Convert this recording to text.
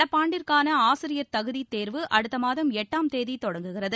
நடப்பு ஆண்டிற்கான ஆசிரியர் தகுதி தேர்வு அடுத்த மாதம் எட்டாம் தேதி தொடங்குகிறது